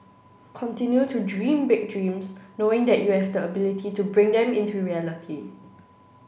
continue to dream big dreams knowing that you have the ability to bring them into reality